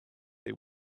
they